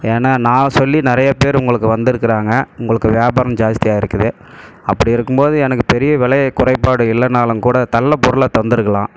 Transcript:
ஏன்னால் நான் சொல்லி நிறையா பேர் உங்களுக்கு வந்திருக்கறாங்க உங்களுக்கு வியாபாரம் ஜாஸ்தி ஆயிருக்குது அப்படி இருக்கும்போது எனக்கு பெரிய விலை குறைபாடு இல்லைனாலும் கூட நல்ல பொருளாக தந்திருக்கலாம்